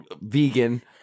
vegan